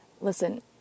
Listen